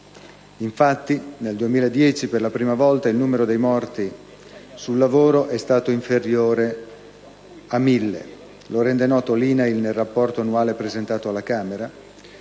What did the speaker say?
Infatti, nel 2010, per la prima volta, il numero dei morti sul lavoro è stato inferiore a 1.000; lo rende noto l'INAIL nel rapporto annuale presentato alla Camera.